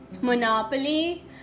Monopoly